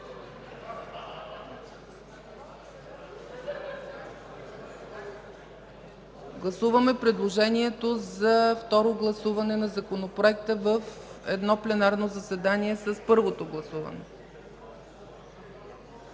Гласуваме предложението за второ гласуване на Законопроекта в едно пленарно заседание с първото гласуване.